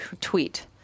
tweet